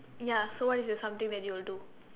ya so what is the something that you will do